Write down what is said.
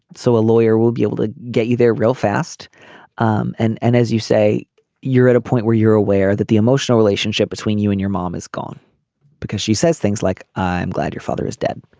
so a lawyer will be able to get you there real fast um and and as you say you're at a point where you're aware that the emotional relationship between you and your mom is gone because she says things like i'm glad your father is dead.